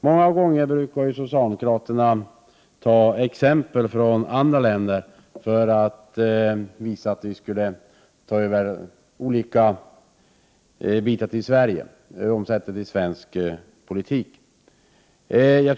Många gånger brukar socialdemokraterna ta exempel från andra länder för att visa att vi skall ta över olika bitar till Sverige och omsätta i svensk politik.